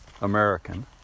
American